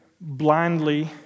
blindly